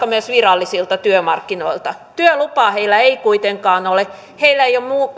myös virallisilta työmarkkinoilta työlupaa heillä ei kuitenkaan ole heillä ei ole